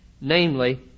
Namely